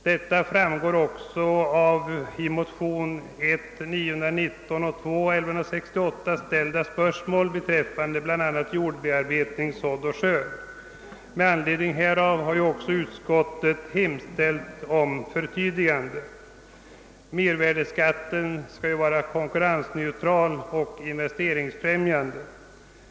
Detta framgår av de i motionerna I:919 och II:1168 framställda spörsmålen beträffande bl.a. jordbearbetning, sådd och skörd, med anledning av vilka utskottet har hemställt om ett förtydligande. Mervärdeskatten skall ju vara konkurrensneutral och investeringsfrämjande.